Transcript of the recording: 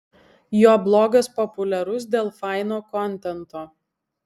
jo blogas populiarus dėl faino kontento